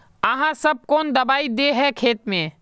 आहाँ सब कौन दबाइ दे है खेत में?